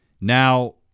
Now